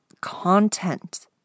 content